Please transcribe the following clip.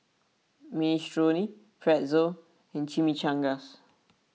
Minestrone Pretzel and Chimichangas